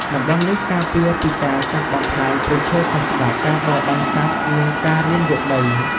តំបន់នេះការពារពីការកាប់បំផ្លាញព្រៃឈើខុសច្បាប់ ការបរបាញ់សត្វ និងការរានយកដី។